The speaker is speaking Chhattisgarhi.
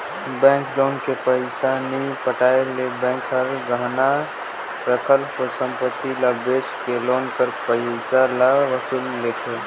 बेंक लोन के पइसा नी पटाए ले बेंक हर गहना राखल संपत्ति ल बेंच के लोन कर पइसा ल वसूल लेथे